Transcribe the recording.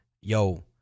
yo